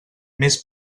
més